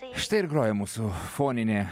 štai ir groja mūsų foninė